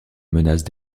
menace